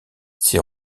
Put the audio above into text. ses